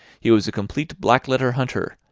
he was a complete black-letter hunter,